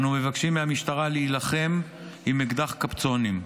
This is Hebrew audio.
אנו מבקשים מהמשטרה להילחם עם אקדח קפצונים.